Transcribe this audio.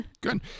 Good